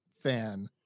fan